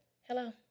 Hello